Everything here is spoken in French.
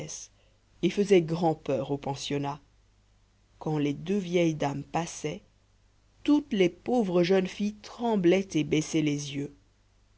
et faisaient grand'peur au pensionnat quand les deux vieilles dames passaient toutes les pauvres jeunes filles tremblaient et baissaient les yeux